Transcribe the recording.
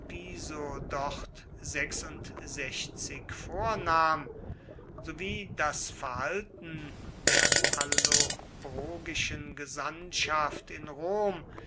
piso dort vornahm sowie das verhalten der allobrogischen gesandtschaft in rom